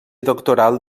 doctoral